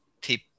tip